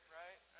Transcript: right